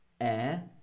air